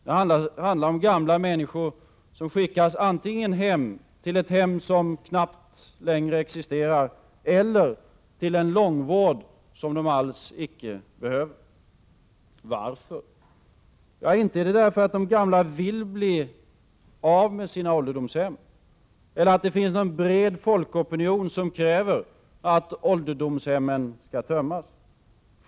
Det handlar om gamla människor som skickas antingen till ett hem som knappt längre existerar eller till en långvård de alls icke behöver. Varför? Ja, inte är det därför att de gamla vill bli av med sina ålderdomshem eller att det finns någon bred folkopinion som kräver att ålderdomshemmen skall tömmas.